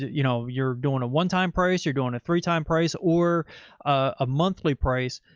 you know, you're doing a onetime price, you're doing a three-time price or a monthly price.